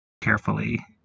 carefully